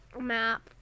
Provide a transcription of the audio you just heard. map